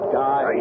die